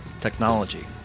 technology